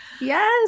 Yes